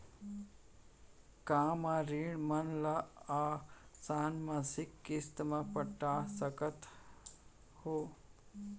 का मैं ऋण मन ल आसान मासिक किस्ती म पटा सकत हो?